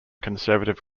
conservative